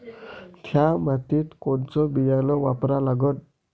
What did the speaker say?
थ्या मातीत कोनचं बियानं वापरा लागन?